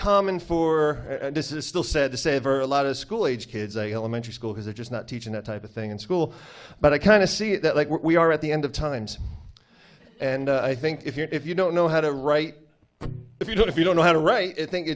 common for this is still said to save or a lot of school age kids elementary school has it just not teaching that type of thing in school but i kind of see it that like we are at the end of times and i think if you're if you don't know how to write if you don't if you don't know how to write i think